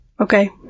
Okay